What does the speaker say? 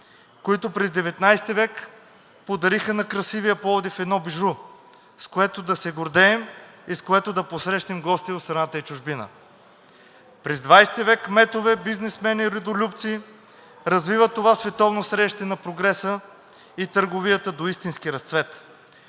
които през XIX век подариха на красивия Пловдив едно бижу, с което да се гордеем и с което да посрещнем гости от страната и чужбина. През XX век кметове, бизнесмени, родолюбци развиват това световно средище на прогреса и търговията до истински разцвет.